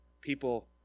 People